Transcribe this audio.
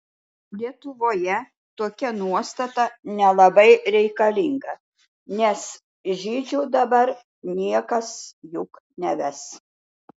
lietuvoje tokia nuostata nelabai reikalinga nes žydžių dabar niekas juk neves